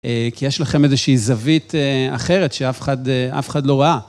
כי יש לכם איזושהי זווית אחרת שאף אחד לא ראה.